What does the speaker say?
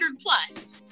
plus